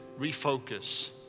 refocus